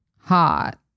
hot